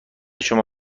شما